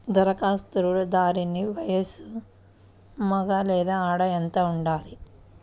ధరఖాస్తుదారుని వయస్సు మగ లేదా ఆడ ఎంత ఉండాలి?